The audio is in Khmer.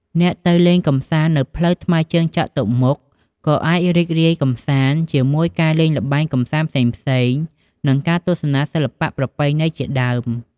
អ្នកទៅលេងកំសាន្ដនៅផ្លូវថ្មើរជើងចតុមុខ ក៏អាចរីករាយកម្សាន្ដជាមួយការលេងល្បែងកម្សាន្ដផ្សេងៗ និងការទស្សនាសិល្បៈប្រពៃណីជាដើម។